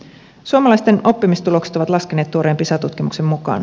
suomalaisten oppimistulokset ovat laskeneet tuoreen pisa tutkimuksen mukaan